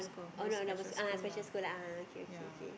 oh no no that was special school ah okay okay okay